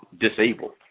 disabled